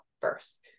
first